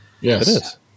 Yes